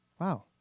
Wow